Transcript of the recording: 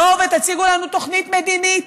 בואו ותציגו לנו תוכנית מדינית.